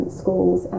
schools